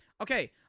Okay